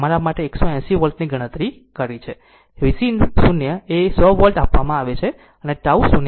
મેં તમારા માટે 180 વોલ્ટ ગણતરી કરી છે અને VC 0 ને 100 વોલ્ટ આપવામાં આવે છે અને ટાઉ 0